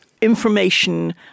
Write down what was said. information